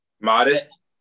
Modest